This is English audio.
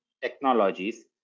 technologies